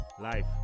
Life